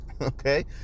okay